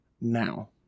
Now